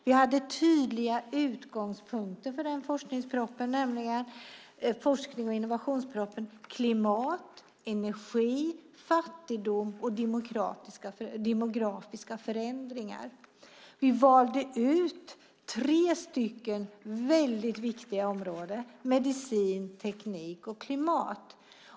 Vi hade tydliga utgångspunkter för den forsknings och innovationspropositionen, nämligen klimat, energi, fattigdom och demografiska förändringar. Vi valde ut tre väldigt viktiga områden, nämligen medicin, teknik och klimat.